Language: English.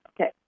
Okay